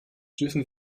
dürfen